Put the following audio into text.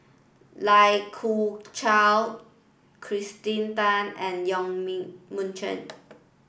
Lai Kew Chai Kirsten Tan and Yong Mun Chee